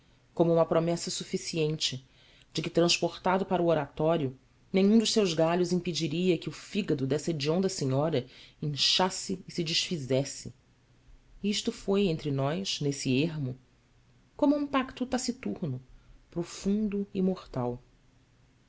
como uma promessa suficiente de que transportado para o oratório nenhum dos seus galhos impediria que o fígado dessa hedionda senhora inchasse e se desfizesse e isto foi entre nós nesse ermo como um pacto taciturno profundo e mortal